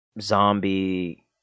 zombie